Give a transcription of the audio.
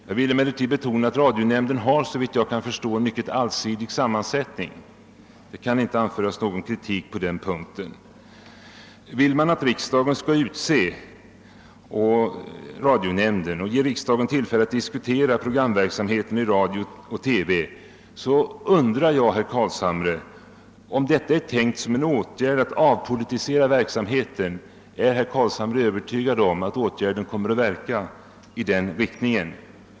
Jag vill emellertid betona att radionämnden såvitt jag förstår har en mycket allsidig sammansättning; det kan inte anföras någon kritik på den punkten. Vill man att riksdagen skall utse radionämnden och ge riksdagen tillfälle att diskutera programverksamheten i radio och TV undrar jag, herr Carlshamre, om detta kan tänkas bli en åtgärd för att avpolitisera verksamheten. Är herr Carlshamre övertygad om att åtgärden kommer att få en sådan verkan?